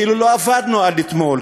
כאילו לא עבדנו עד אתמול,